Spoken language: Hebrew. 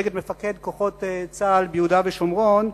נגד מפקד כוחות צה"ל ביהודה ושומרון.